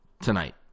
tonight